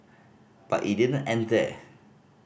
but it didn't end there